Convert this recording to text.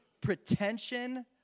pretension